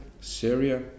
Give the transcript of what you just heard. Syria